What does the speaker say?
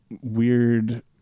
weird